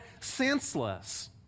senseless